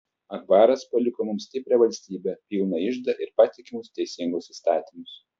akbaras paliko mums stiprią valstybę pilną iždą ir patikimus teisingus įstatymus